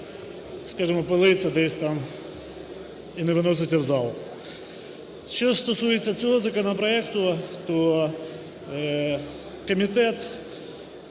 скажемо, пилиться десь там і не виноситься в зал. Що стосується цього законопроекту, то Комітет